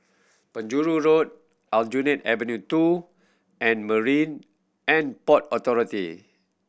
Penjuru Road Aljunied Avenue Two and Marine And Port Authority